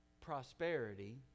prosperity